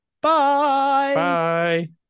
bye